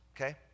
okay